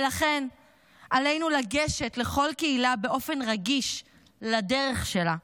ולכן עלינו לגשת לכל קהילה באופן רגיש לדרך שלה,